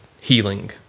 healing